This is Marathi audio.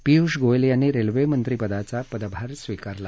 पियुष गोयल यांनी रेल्वेमंत्रीपदाचा पदभार स्वीकारला